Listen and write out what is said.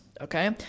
Okay